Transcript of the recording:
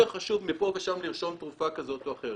חשוב מפה או שם לרשום תרופה כזו או אחרת.